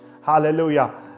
hallelujah